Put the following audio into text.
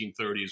1930s